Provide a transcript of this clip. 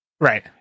right